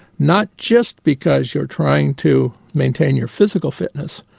not just because you're trying to maintain your physical fitness,